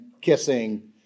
kissing